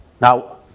Now